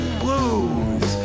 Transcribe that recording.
blues